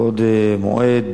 בעוד מועד,